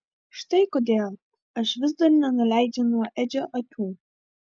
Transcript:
štai kodėl aš vis dar nenuleidžiu nuo edžio akių